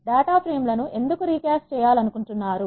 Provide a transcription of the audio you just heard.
data frame లను ఎందుకు recast చేయాలనుకుంటున్నారు